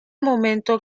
momento